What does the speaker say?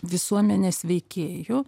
visuomenės veikėjų